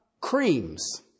creams